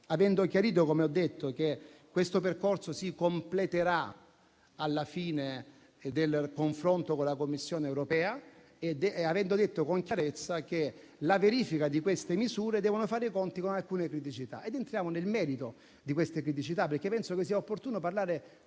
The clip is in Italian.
avendo chiarito, come ho detto, che questo percorso si completerà alla fine del confronto con la Commissione europea e avendo detto con chiarezza che la verifica di queste misure deve fare i conti con alcune criticità. Entriamo nel merito di queste criticità perché penso che sia opportuno parlare